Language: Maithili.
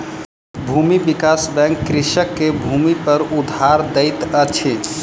भूमि विकास बैंक कृषक के भूमिपर उधार दैत अछि